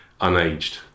unaged